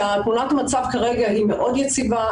שתמונת המצב כרגע היא מאוד יציבה.